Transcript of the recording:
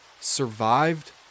Survived